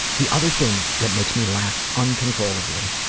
the other thing that makes me laugh uncontrollably,